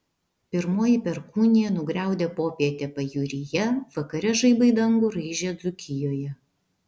pirmoji perkūnija nugriaudė popietę pajūryje vakare žaibai dangų raižė dzūkijoje